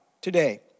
today